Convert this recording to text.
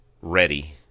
ready—